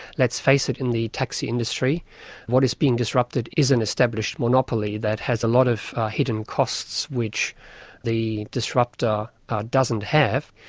let's face it, in the taxi industry what is being disrupted is an established monopoly that has a lot of hidden costs which the disruptor doesn't have.